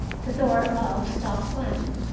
the door above stopped slamming,